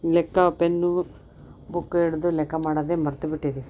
ಲೆಕ್ಕ pen book ಹಿಡ್ದು ಲೆಕ್ಕ ಮಾಡೋದೇ ಮರೆತು ಬಿಟ್ಟಿದ್ದೀವಿ